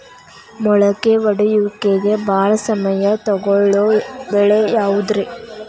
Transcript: ಮೊಳಕೆ ಒಡೆಯುವಿಕೆಗೆ ಭಾಳ ಸಮಯ ತೊಗೊಳ್ಳೋ ಬೆಳೆ ಯಾವುದ್ರೇ?